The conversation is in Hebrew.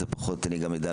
את זה אני פחות יודע לענות,